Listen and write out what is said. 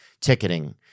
ticketing